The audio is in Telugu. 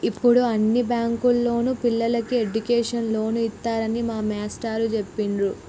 యిప్పుడు అన్ని బ్యేంకుల్లోనూ పిల్లలకి ఎడ్డుకేషన్ లోన్లు ఇత్తన్నారని మా మేష్టారు జెప్పిర్రు